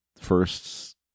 first